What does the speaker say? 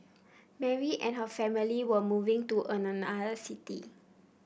Mary and her family were moving to another city